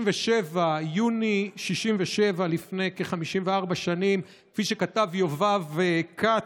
ביוני 1967, לפני כ-54 שנים, כפי שכתב יובב כץ,